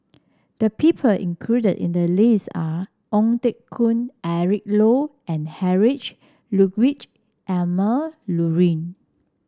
the people included in the list are Ong Teng Koon Eric Low and Heinrich Ludwig Emil Luering